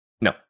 No